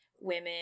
women